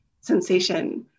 sensation